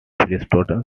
princeton